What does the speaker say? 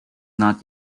not